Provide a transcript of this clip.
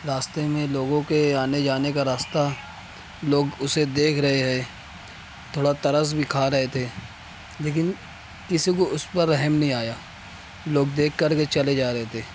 راستے میں لوگوں کے آنے جانے کا راستہ لوگ اسے دیکھ رہے ہیں تھوڑا ترس بھی کھا رہے تھے لیکن کسی کو اس پر رحم نہیں آیا لوگ دیکھ کر کے چلے جا رہے تھے